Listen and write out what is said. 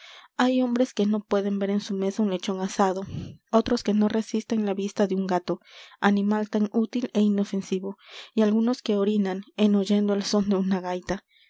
hay hombres que no pueden ver en su mesa un lechon asado otros que no resisten la vista de un gato animal tan útil é inofensivo y algunos que orinan en oyendo el son de una gaita